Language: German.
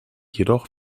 jedoch